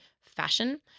fashion